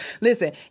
Listen